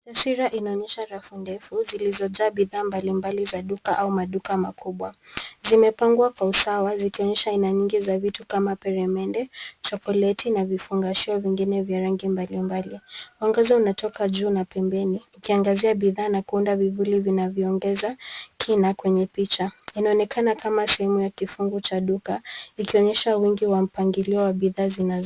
Taswira inaonyesha rafu ndefu zilizojaa bidhaa mbalimbali za duka au maduka makubwa. Zimepangwa kwa usawa zikionyesha aina nyingi ya vitu kama peremende, chokoleti na vifungashio vingine vya rangi mbalimbali. Mwangaza unatoka juu na pembeni, ukiangazia bidhaa na kuunda vivuli vinavyoongeza kina kwenye picha. Inaonekana kama sehemu ya kifungu cha duka, ikionyesha wingi wa mpangilio wa bidhaa zinazopatikana.